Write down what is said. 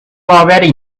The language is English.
already